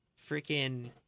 freaking